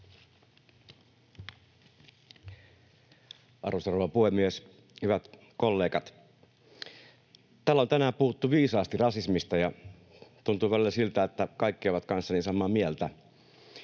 Arvoisa rouva puhemies! Hyvät kollegat! Täällä on tänään puhuttu viisaasti rasismista, ja tuntui välillä siltä, että kaikki ovat kanssani samaa mieltä.